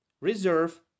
reserve